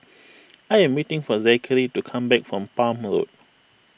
I am waiting for Zachery to come back from Palm Road